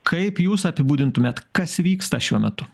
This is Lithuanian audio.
kaip jūs apibūdintumėt kas vyksta šiuo metu